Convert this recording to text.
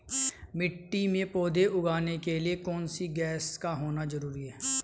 मिट्टी में पौधे उगाने के लिए कौन सी गैस का होना जरूरी है?